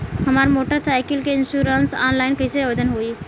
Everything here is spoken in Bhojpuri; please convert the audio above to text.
हमार मोटर साइकिल के इन्शुरन्सऑनलाइन कईसे आवेदन होई?